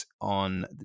on